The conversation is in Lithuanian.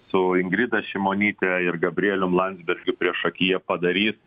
su ingrida šimonyte ir gabrielium landsbergiu priešakyje padarys